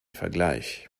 vergleich